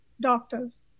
doctors